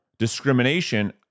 discrimination